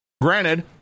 Granted